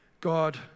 God